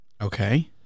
Okay